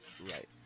Right